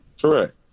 Correct